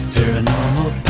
Paranormal